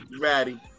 Ready